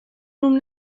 room